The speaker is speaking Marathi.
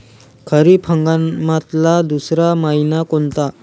खरीप हंगामातला दुसरा मइना कोनता?